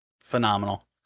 phenomenal